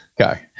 Okay